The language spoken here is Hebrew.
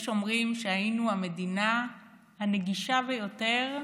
יש אומרים שהיינו המדינה הנגישה ביותר בעולם,